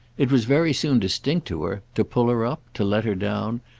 it was very soon distinct to her, to pull her up, to let her down,